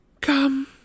Come